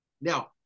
now